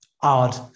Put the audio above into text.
odd